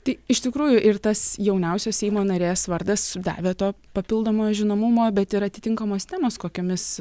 tai iš tikrųjų ir tas jauniausios seimo narės vardas davė to papildomo žinomumo bet ir atitinkamos temos kokiomis